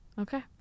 okay